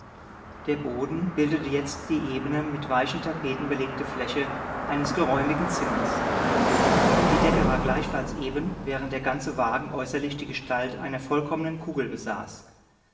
der boden bildete jetzt die ebene mit weichen teppichen belegte fläche eines geräumigen zimmers die decke war gleichfalls eben während der ganze wagen äußerlich die gestalt einer vollkommenen kugel besaß